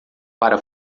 para